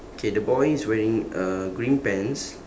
okay the boy is wearing uh green pants